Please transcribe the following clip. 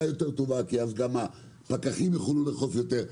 יותר טובה כי גם הפקחים יוכלו לאכוף יותר.